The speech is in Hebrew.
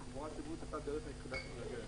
התחבורה הציבורית הייתה הדרך היחידה להגיע.